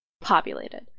populated